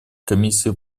комиссии